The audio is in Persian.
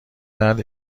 دهد